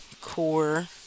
core